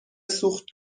سوخت